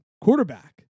quarterback